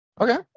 Okay